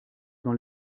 dans